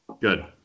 Good